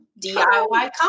DIY